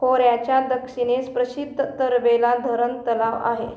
खोऱ्याच्या दक्षिणेस प्रसिद्ध तरबेला धरण तलाव आहे